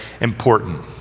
important